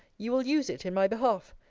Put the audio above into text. you will use it in my behalf.